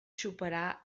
superar